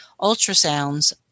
ultrasounds